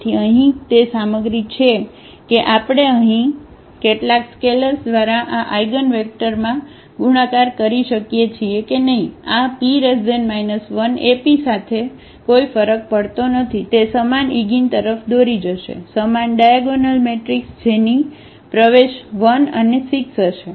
તેથી અહીં તે સામગ્રી છે કે આપણે અહીં કેટલાક સ્કેલર્સ દ્વારા આ આઇગનવેક્ટરમાં ગુણાકાર કરીએ છીએ કે નહીં આ P 1AP સાથે કોઈ ફરક પડતું નથી તે સમાન ઇગિન તરફ દોરી જશે સમાન ડાયાગોનલ મેટ્રિક્સ જેની પ્રવેશ 1 અને 6 હશે